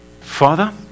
Father